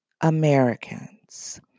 Americans